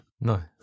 No